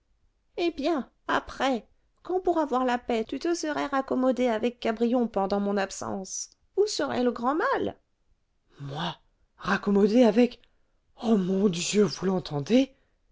eh bien après quand pour avoir la paix tu te serais raccommodé avec cabrion pendant mon absence où serait le grand mal moi raccommodé avec ô mon dieu vous l'entendez